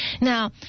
Now